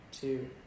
two